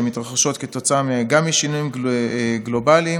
שמתרחשות גם כתוצאה משינויים גלובליים,